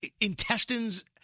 intestines